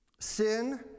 Sin